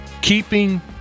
keeping